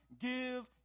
give